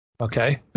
Okay